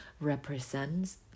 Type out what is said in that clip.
represents